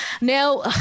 now